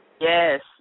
Yes